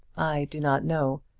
i do not know.